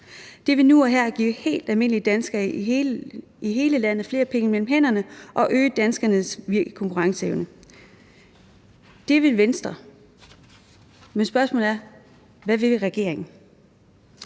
Det vil nu og her give helt almindelige danskere i hele landet flere penge mellem hænderne og øge danske virksomheders konkurrenceevne. Det vil Venstre, men spørgsmålet er: Hvad vil regeringen?